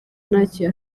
ntacyo